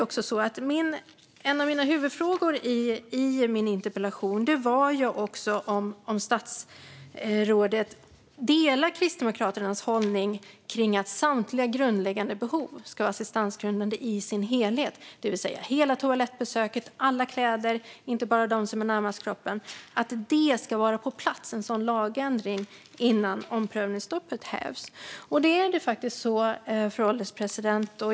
En av mina huvudfrågor i min interpellation var om statsrådet delar Kristdemokraternas hållning om att samtliga grundläggande behov ska vara assistansgrundande i sin helhet, det vill säga hela toalettbesöket och alla kläder och inte bara de som är närmast kroppen. Det handlar om att en sådan lagändring ska vara på plats innan omprövningsstoppet hävs. Fru ålderspresident!